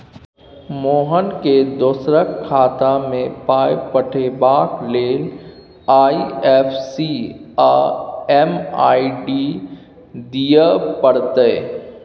मोहनकेँ दोसराक खातामे पाय पठेबाक लेल आई.एफ.एस.सी आ एम.एम.आई.डी दिअ पड़तै